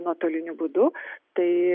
nuotoliniu būdu tai